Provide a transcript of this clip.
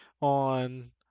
on